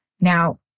Now